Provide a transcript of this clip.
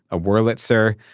a wurlitzer.